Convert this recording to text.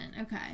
Okay